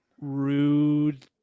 Rude